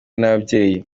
n’ababyeyi